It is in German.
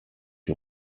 die